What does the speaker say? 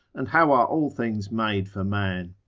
and how are all things made for man?